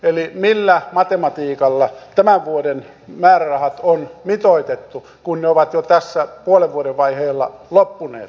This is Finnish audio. eli millä matematiikalla tämän vuoden määrärahat on mitoitettu kun ne ovat jo tässä puolen vuoden vaiheilla loppuneet